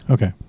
Okay